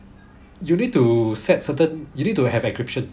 you need to set certain you need to have encryption